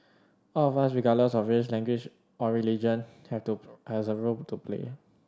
all of us regardless of race language or religion have to as a role to play